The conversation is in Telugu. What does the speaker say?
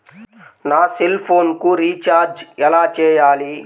నా సెల్ఫోన్కు రీచార్జ్ ఎలా చేయాలి?